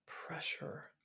Pressure